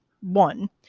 one